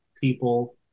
people